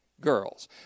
girls